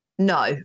No